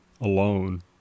alone